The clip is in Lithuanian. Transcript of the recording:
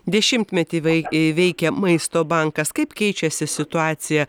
dešimtmetį vai veikė maisto bankas kaip keičiasi situacija